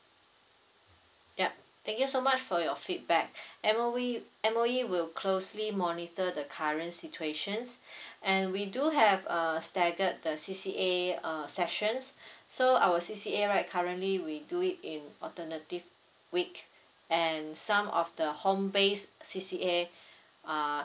yup thank you so much for your feedback M_O_E M_O_E will closely monitor the current situations and we do have uh staggered the C_C_A uh sessions so our C_C_A right currently we do it in alternative week and some of the home based C_C_A err